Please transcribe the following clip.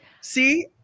see